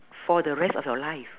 for the rest of your life